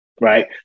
right